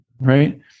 Right